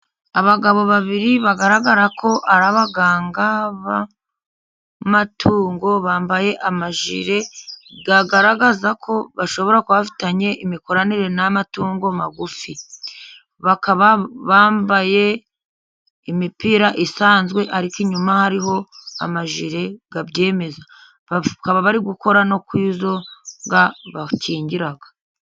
Abagabo babiri bagaragara ko ari abaganga b'amatungo, bambaye amajire agaragaza ko bashobora kuba bafitanye imikoranire n'amatungo magufi. Bakaba bambaye imipira isanzwe, ariko inyuma hariho amajire abyemeza. Bakaba bari gukora no kuri izo nka bakingira.